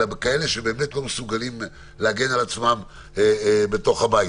אלא כאלה שבאמת לא מסוגלים להגן על עצמם בתוך הבית.